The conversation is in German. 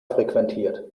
frequentiert